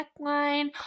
neckline